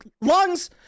lungs